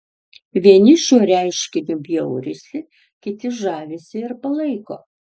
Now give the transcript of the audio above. vieni šiuo reiškiniu bjaurisi kiti žavisi ir palaiko